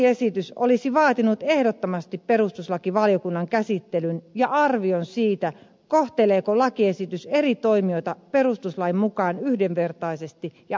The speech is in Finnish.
lakiesitys olisi vaatinut ehdottomasti perustuslakivaliokunnan käsittelyn ja arvion siitä kohteleeko lakiesitys eri toimijoita perustuslain mukaan yhdenvertaisesti ja oikeudenmukaisesti